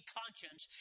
conscience